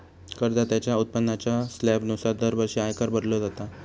करदात्याच्या उत्पन्नाच्या स्लॅबनुसार दरवर्षी आयकर भरलो जाता